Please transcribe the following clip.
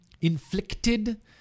Inflicted